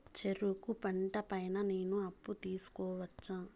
చెరుకు పంట పై నేను అప్పు తీసుకోవచ్చా?